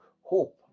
hope